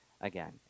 again